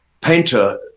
painter